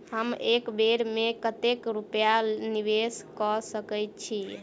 हम एक बेर मे कतेक रूपया निवेश कऽ सकैत छीयै?